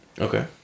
Okay